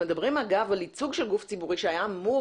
מדברים על ייצור של גוף ציבורי שהיה אמור